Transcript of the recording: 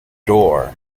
door